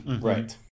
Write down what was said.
Right